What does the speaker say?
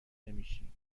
نمیشیم